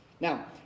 Now